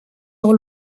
dans